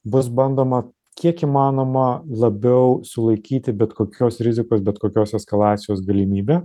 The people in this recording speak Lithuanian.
bus bandoma kiek įmanoma labiau sulaikyti bet kokios rizikos bet kokios eskalacijos galimybę